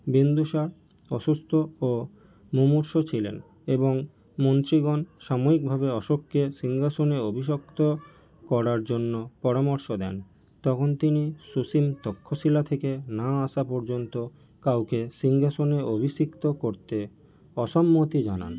বিন্দুসার অসুস্থ ও মুমূর্ষু ছিলেন এবং মন্ত্রীগণ সাময়িকভাবে আশোককে সিংহাসনে অভিষিক্ত করার জন্য পরামর্শ দেন তখন তিনি সুসীম তক্ষশিলা থেকে না আসা পর্যন্ত কাউকে সিংহাসনে অভিষিক্ত করতে অসম্মতি জানান